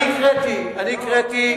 אני הקראתי,